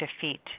defeat